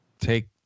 take